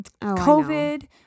COVID